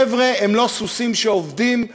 חבר'ה הם לא סוסים שעובדים וישנים,